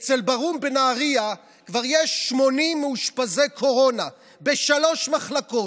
אצל ברהום בנהריה כבר יש 80 מאושפזי קורונה בשלוש מחלקות,